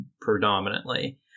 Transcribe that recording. predominantly